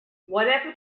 whatever